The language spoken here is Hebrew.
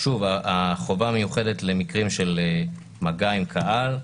החובה המיוחדת למקרים של מגע עם קהל,